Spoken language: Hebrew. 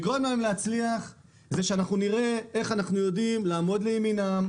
מה שיגרום להם להצליח זה שאנחנו נראה איך אנחנו יודעים לעמוד לימינם,